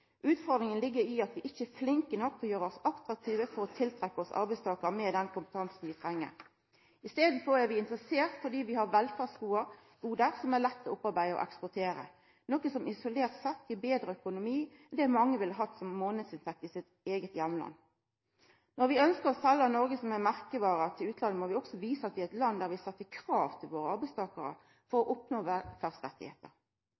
Utfordringa ligg i at vi ikkje er flinke nok til å gjera oss attraktive for å tiltrekkja oss arbeidstakarar med den kompetansen vi treng. I staden er vi interessante fordi vi har velferdsgode som er lette å opparbeida og å eksportera, noko som isolert sett gir betre økonomi enn det mange ville hatt med ei månadsinntekt i sitt eige heimland. Når vi ønskjer å selja Noreg som ei merkevare til utlandet, må vi også visa at vi er eit land som set krav til våre arbeidstakarar for